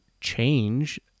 change